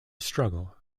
struggle